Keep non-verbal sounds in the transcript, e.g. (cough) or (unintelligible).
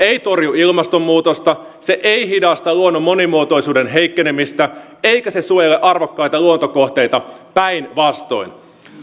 (unintelligible) ei torju ilmastonmuutosta se ei hidasta luonnon monimuotoisuuden heikkenemistä eikä se suojele arvokkaita luontokohteita päinvastoin